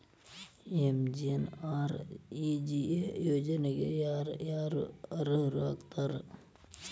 MGNREGA ಯೋಜನೆಗೆ ಯಾರ ಯಾರು ಅರ್ಹರು ಆಗ್ತಾರ?